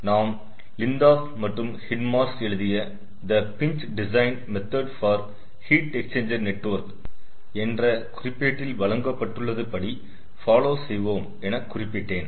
மேலும் நாம் லிந்ஹாப் மற்றும் ஹிண்ட்மார்ஷ் எழுதிய the pinch design method for heat exchanger network என்ற குறிப்பேட்டில் வழங்கப்பட்டுள்ளது படி பாலோ செய்வோம் என குறிப்பிட்டேன்